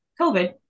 COVID